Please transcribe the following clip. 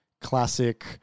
classic